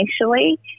initially